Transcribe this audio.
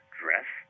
dress